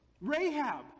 Rahab